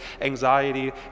anxiety